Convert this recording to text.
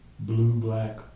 Blue-black